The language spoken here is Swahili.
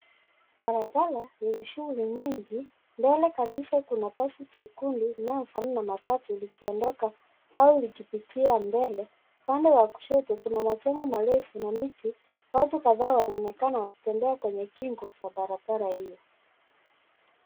Barabara yenye shughuli nyingi. Mbele kabisa kuna basi jekundu linalofanana na matatu likiondoka au likipitia mbele. Pande wa kushoto kuna majengo marefu na miti. Watu kadhaa wanaonekana wakitembea kwenye kingo za barabara hiyo.